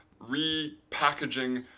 repackaging